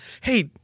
hey